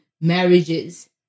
marriages